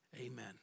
Amen